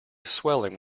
swelling